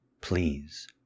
Please